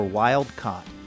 wild-caught